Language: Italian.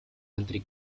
altri